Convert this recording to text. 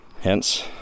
Hence